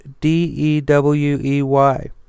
D-E-W-E-Y